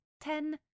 ten